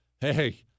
hey